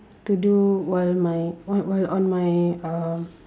to do while my while while on my um